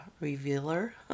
revealer